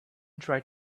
tried